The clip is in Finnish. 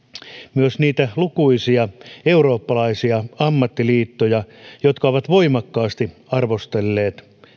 myös niitä lukuisia eurooppalaisia ammattiliittoja jotka ovat voimakkaasti arvostelleet